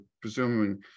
presuming